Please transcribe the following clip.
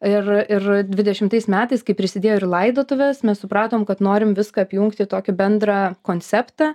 ir ir dvidešimtais metais kai prisidėjo ir laidotuvės mes supratom kad norim viską apjungti į tokį bendrą konceptą